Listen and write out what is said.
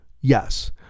Yes